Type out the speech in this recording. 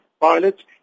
pilots